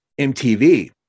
MTV